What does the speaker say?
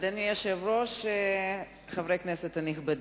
אדוני היושב-ראש, חברי כנסת נכבדים,